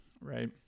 right